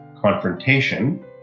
confrontation